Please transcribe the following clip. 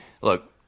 look